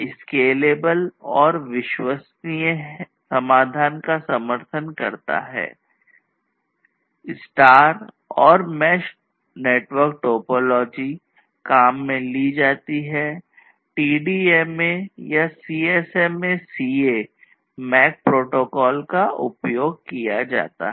star और mesh network topology का उपयोग किया गया है